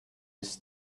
his